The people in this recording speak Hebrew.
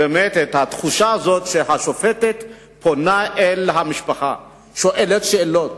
באמת את התחושה הזאת שהשופטת פונה אל המשפחה ושואלת שאלות.